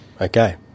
okay